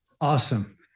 Awesome